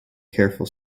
careful